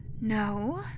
No